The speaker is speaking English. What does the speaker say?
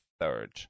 third